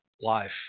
life